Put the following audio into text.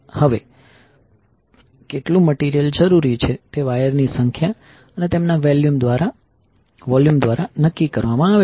હવે કેટલું મટીરીયલ જરૂરી છે તે વાયરની સંખ્યા અને તેમના વોલ્યુમ દ્વારા નક્કી કરવામાં આવે છે